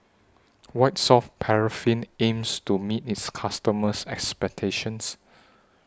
White Soft Paraffin aims to meet its customers' expectations